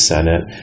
Senate